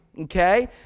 okay